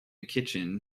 kitchen